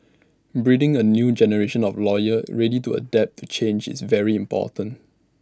breeding A new generation of lawyers ready to adapt to change is very important